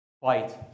Fight